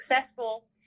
successful